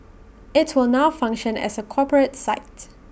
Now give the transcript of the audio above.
IT will now function as A corporate sites